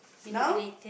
now